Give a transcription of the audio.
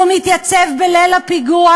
והוא מתייצב בליל הפיגוע,